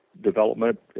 development